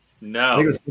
no